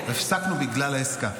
לא, הפסקנו בגלל העסקה.